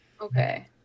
Okay